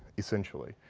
essentially.